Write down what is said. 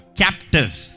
captives